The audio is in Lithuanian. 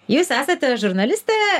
jūs esate žurnalistė